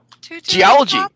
Geology